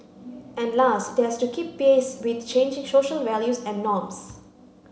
and last it has to keep pace with changing social values and norms